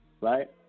Right